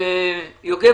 יוגב